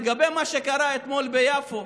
לגבי מה שקרה אתמול ביפו,